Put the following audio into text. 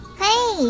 Hey